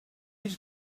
his